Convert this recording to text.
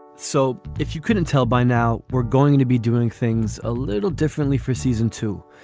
so if you couldn't tell by now we're going to be doing things a little differently for season two.